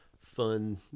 fun